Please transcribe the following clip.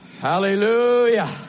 Hallelujah